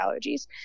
allergies